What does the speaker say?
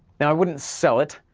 now i wouldn't sell it,